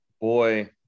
boy